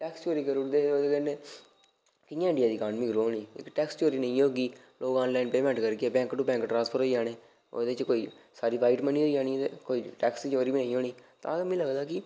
tax चोरी करी ओड़दे हे ते ओह्दी वजह् कन्नै कि'यां इंडिया दी इकानमी ग्रो करी क्यूंकि टैक्स चोरी होआ दा लोक आनलाईन पे करङन बैंक टू बैंक ट्रांसफर होई जाने सारी व्हाईट मनी होई जानी ते टैक्स बी चोरी निं होनां